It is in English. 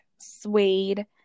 suede